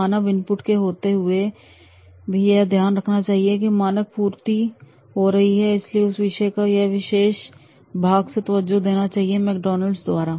मानव input के होते हुए दे यह ध्यान रखना चाहिए कि मानक की पूर्ति हो रही है इसलिए उस विषय पर यह विशेष भाग को तवज्जो देनी चाहिए मैकडॉनल्ड द्वारा